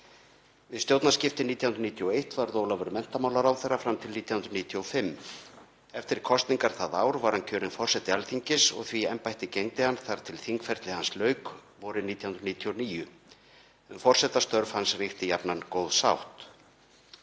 Við stjórnarskiptin 1991 varð Ólafur menntamálaráðherra fram til 1995. Eftir kosningar það ár var hann kjörinn forseti Alþingis og því embætti gegndi hann þar til þingferli hans lauk vorið 1999. Um forsetastörf hans ríkti jafnan góð sátt.